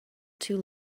too